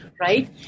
right